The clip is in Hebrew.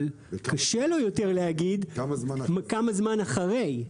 אבל קשה לו יותר להגיד כמה זמן אחרי.